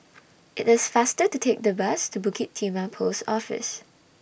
IT IS faster to Take The Bus to Bukit Timah Post Office